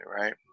right